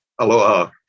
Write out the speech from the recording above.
Aloha